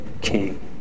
king